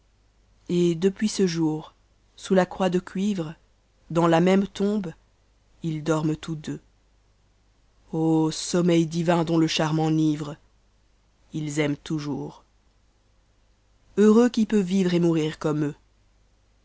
et depuis ce jour sous la croix de cuivre dans la même tombe î s dorment tous deux o sommeil divin dont le charme enivre ils aiment toujours heureux qui peut vivre et mourir comme eux